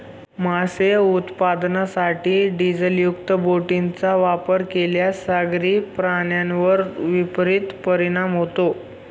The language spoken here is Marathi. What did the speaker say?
मासे उत्पादनासाठी डिझेलयुक्त बोटींचा वापर केल्यास सागरी प्राण्यांवर विपरीत परिणाम होतो